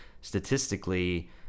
statistically